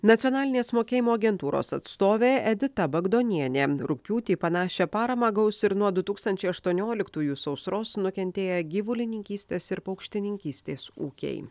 nacionalinės mokėjimo agentūros atstovė edita bagdonienė rugpjūtį panašią paramą gaus ir nuo du tūkstančiai aštuonioliktųjų sausros nukentėję gyvulininkystės ir paukštininkystės ūkiai